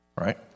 Right